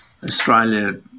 Australia